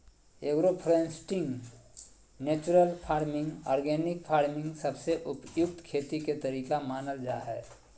agro foresting, natural farming, organic farming सबसे उपयुक्त खेती के तरीका मानल जा हय